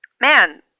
man